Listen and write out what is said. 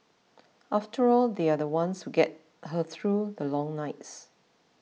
after all they are the ones who get her through the long nights